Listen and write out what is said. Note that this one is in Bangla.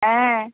অ্যাঁ